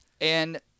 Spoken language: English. And-